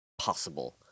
possible